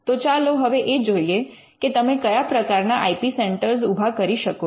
તો ચાલો હવે એ જોઈએ કે તમે કયા પ્રકારના આઇ પી સેન્ટર ઉભા કરી શકો છો